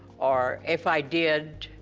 or if i did,